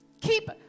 keep